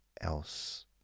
else